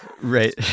Right